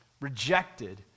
rejected